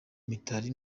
mitali